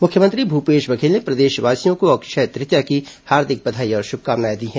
मुख्यमंत्री भूपेश बघेल ने प्रदेशवासियों को अक्षय तृतीया की हार्दिक बधाई और शुभकामनाएं दी हैं